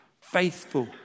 faithful